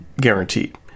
guaranteed